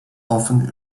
often